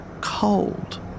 cold